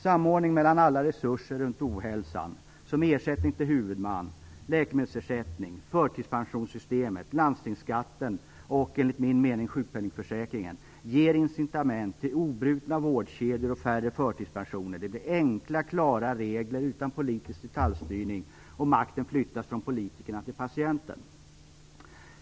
Samordningen mellan alla resurser runt ohälsan, som ersättning till huvudman, läkemedelsersättning, förtidspensionssystemet, landstingsskatten och enligt min mening sjukpenningförsäkringen, ger incitament till obrutna vårdkedjor och färre förtidspensioner. Det blir enkla klara regler utan politisk detaljstyrning, och makten flyttas från politikerna till patienten.